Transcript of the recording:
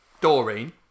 Doreen